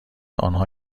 آنها